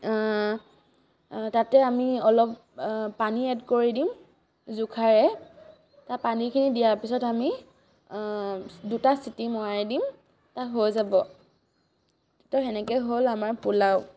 তাতে আমি অলপ পানী এড কৰি দিম জোখাৰে পানীখিনি দিয়াৰ পিছত আমি দুটা চিটি মৰাই দিম তা হৈ যাব তো সেনেকৈ হ'ল আমাৰ পোলাও